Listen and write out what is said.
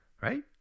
Right